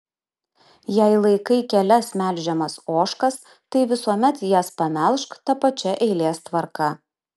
jei laikai kelias melžiamas ožkas tai visuomet jas pamelžk ta pačia eilės tvarka